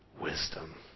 wisdom